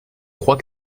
crois